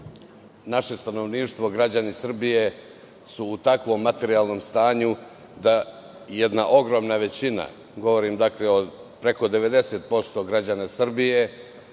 naše stanovništvo, građani Srbije su u takvom materijalnom stanju da jedna ogromna većina, govorim, dakle, preko 90% građana Srbije,